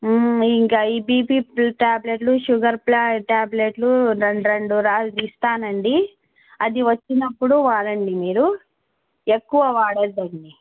ఇంకా ఈ బీపి ట్యాబ్లెట్లు షుగర్ ట్యాబ్లెట్లు రెండు రెండు రాసి ఇస్తాను అండి అది వచ్చినప్పుడు వాడండి మీరు ఎక్కువ వాడదండి